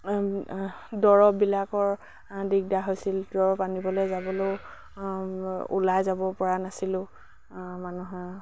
দৰৱবিলাকৰ দিগদাৰ হৈছিল দৰৱ আনিবলে যাবলৈও ওলাই যাব পৰা নাছিলোঁ মানুহৰ